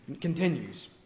continues